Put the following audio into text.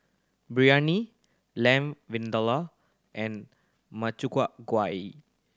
Biryani Lamb Vindaloo and Makchang Gui